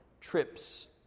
trips